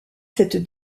cette